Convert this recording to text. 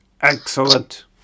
Excellent